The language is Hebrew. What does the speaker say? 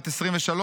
בת 23,